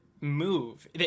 move